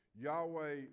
Yahweh